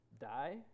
die